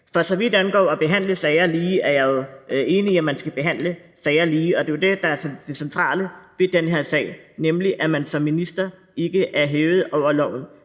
For så vidt angår det at behandle sager lige, er jeg enig i, at man skal behandle sager lige, og det er jo det, der er det centrale ved den her sag, nemlig at man som minister ikke er hævet over loven.